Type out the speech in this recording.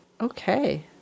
Okay